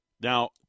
Now